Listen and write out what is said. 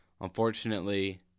Unfortunately